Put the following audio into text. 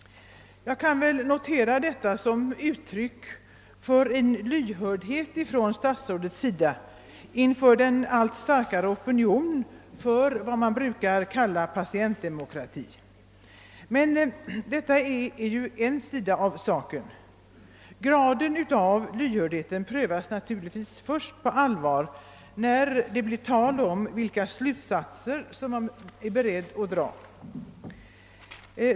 Jag kan väl tolka detta som uttryck för en lyhördhet hos statsrådet för en allt starkare opinion för vad man brukar kalla patientdemokrati. Detta är emellertid bara en sida av saken; gra den av lyhördhet prövas naturligtvis på allvar först när det blir tal om vilka slutsatser man är beredd att dra.